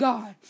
God